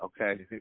Okay